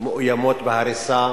מאוימים בהריסה,